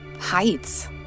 heights